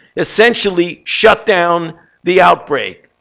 essentially shut down the outbreak.